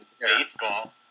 baseball